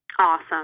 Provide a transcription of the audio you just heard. Awesome